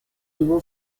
dual